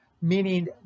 meaning